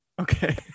Okay